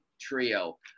trio